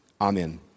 Amen